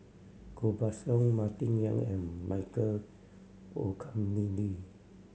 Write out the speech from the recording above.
Koh Buck Song Martin Yan and Michael Olcomendy